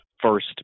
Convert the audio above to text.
first